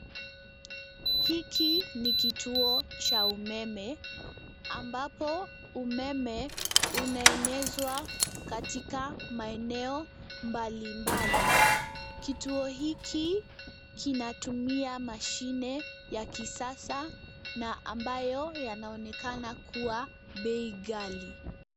Hiki ni kituo cha umeme ambapo umeme unaenezwa katika maeneo mbalimbali. Kituo hiki kinatumia mashine ya kisasa na ambayo yanaonekana kuwa bei ghali.